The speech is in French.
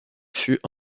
fut